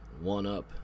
one-up